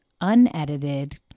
unedited